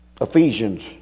Ephesians